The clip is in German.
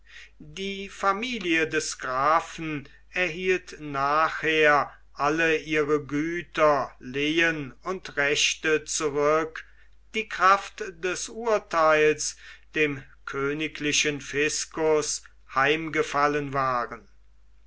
die familie des grafen erhielt nachher alle ihre güter lehen und rechte zurück die kraft des urtheils dem königlichen fiscus heimgefallen waren